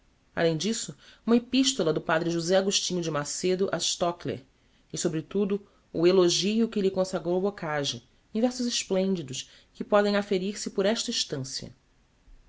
além d'isto uma epistola do padre josé agostinho de macedo a stochler e sobre tudo o elogio que lhe consagrou bocage em versos esplendidos que podem aferir se por esta estancia